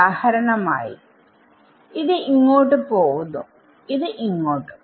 ഉദാഹരണം ആയി ഇത് ഇങ്ങോട്ട് പോവുന്നു ഇത് ഇങ്ങോട്ടും